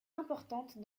importante